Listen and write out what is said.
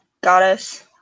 goddess